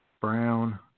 brown